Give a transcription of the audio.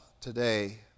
today